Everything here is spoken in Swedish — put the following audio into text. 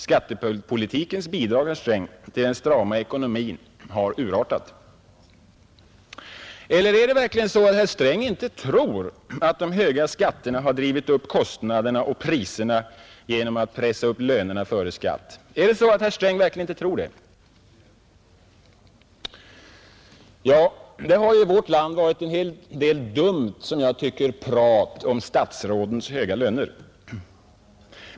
Skattepolitikens bidrag till den strama ekonomin har urartat. Eller tror herr Sträng verkligen inte att de höga skatterna drivit upp kostnaderna och priserna genom att pressa upp lönerna före skatt? Är det så att herr Sträng verkligen tror det? Det har i vårt land förekommit en del, som jag tycker, dumt prat om statsrådens höga löner.